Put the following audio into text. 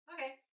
Okay